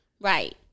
Right